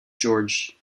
george